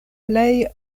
plej